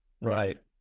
Right